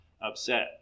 upset